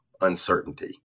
uncertainty